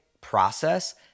process